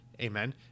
Amen